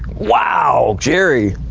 wow, jerry.